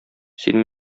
син